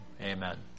Amen